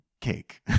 cake